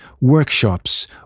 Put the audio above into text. workshops